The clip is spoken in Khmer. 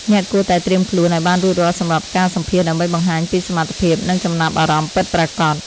អ្នកគួរតែត្រៀមខ្លួនឱ្យបានរួចរាល់សម្រាប់ការសម្ភាសន៍ដើម្បីបង្ហាញពីសមត្ថភាពនិងចំណាប់អារម្មណ៍ពិតប្រាកដ។